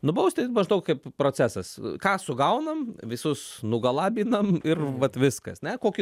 nubausti maždaug kaip procesas ką sugaunam visus nugalabinam ir vat viskas ne kokį